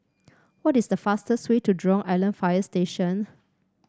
what is the fastest way to Jurong Island Fire Station